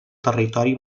territori